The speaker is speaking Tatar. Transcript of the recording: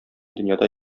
дөньяда